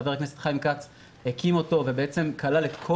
חבר הכנסת חיים כץ הקים וכלל את כל